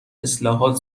اصلاحات